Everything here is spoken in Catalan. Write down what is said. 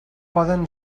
poden